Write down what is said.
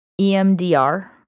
emdr